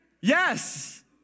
Yes